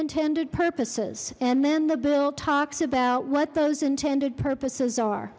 intended purposes and then the bill talks about what those intended purposes are